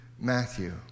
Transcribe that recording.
Matthew